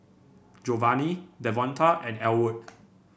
Jovani Devonta and Ellwood